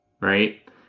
right